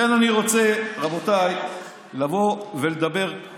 לכן אני רוצה, רבותיי, לבוא ולדבר על